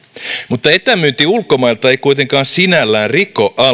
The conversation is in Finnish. mutta etämyynti ulkomailta ei kuitenkaan sinällään riko